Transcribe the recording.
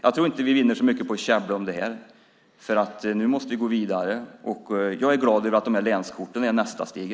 Jag tror inte att vi vinner så mycket på att käbbla om detta. Nu måste vi gå vidare. Jag är glad att länskorten är nästa steg.